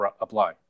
apply